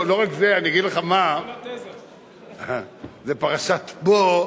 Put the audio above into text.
לא רק זה, אני אגיד לך מה, זאת פרשת בא,